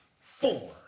Four